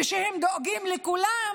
ושהם דואגים לכולם,